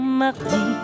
mardi